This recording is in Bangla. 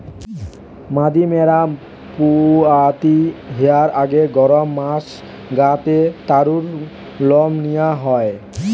মাদি ম্যাড়া পুয়াতি হিয়ার আগে গরম মাস গা তে তারুর লম নিয়া হয়